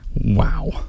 Wow